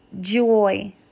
joy